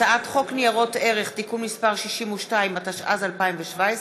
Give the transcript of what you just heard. הצעת חוק ניירות ערך (תיקון מס' 62), התשע"ז 2017,